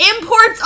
imports